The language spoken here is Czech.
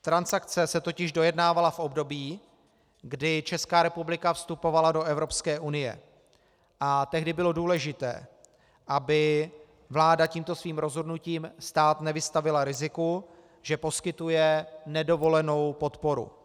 Transakce se totiž dojednávala v období, kdy Česká republika vstupovala do Evropské unie, a tehdy bylo důležité, aby vláda tímto svým rozhodnutím stát nevystavila riziku, že poskytuje nedovolenou podporu.